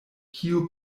kiu